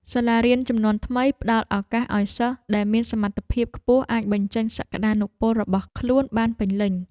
សាលារៀនជំនាន់ថ្មីផ្តល់ឱកាសឱ្យសិស្សដែលមានសមត្ថភាពខ្ពស់អាចបញ្ចេញសក្តានុពលរបស់ខ្លួនបានពេញលេញ។